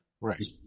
Right